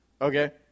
Okay